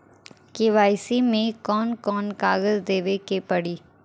KYC मे कौन कौन कागज देवे के पड़ी?